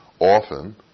often